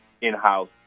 in-house